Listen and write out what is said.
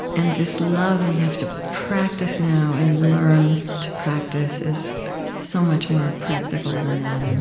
and this love we have to practice now and learn to practice is so much more practical than that and